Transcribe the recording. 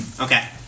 Okay